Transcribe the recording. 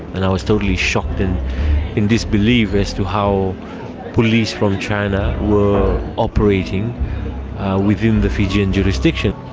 and i was totally shocked and in disbelief as to how police from china were operating within the fijian jurisdiction.